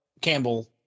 Campbell